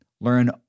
learn